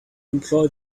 employed